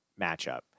matchup